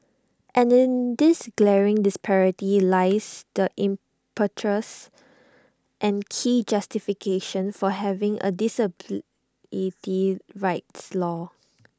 and in this glaring disparity lies the impetus and key justification for having A disability rights law